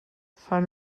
fan